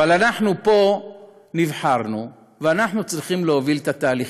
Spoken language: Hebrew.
אבל אנחנו פה נבחרנו ואנחנו צריכים להוביל את התהליכים.